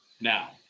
now